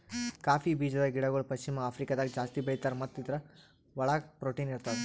cowpea ಬೀಜದ ಗಿಡಗೊಳ್ ಪಶ್ಚಿಮ ಆಫ್ರಿಕಾದಾಗ್ ಜಾಸ್ತಿ ಬೆಳೀತಾರ್ ಮತ್ತ ಇದುರ್ ಒಳಗ್ ಪ್ರೊಟೀನ್ ಇರ್ತದ